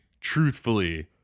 truthfully